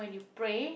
when you pray